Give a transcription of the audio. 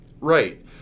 Right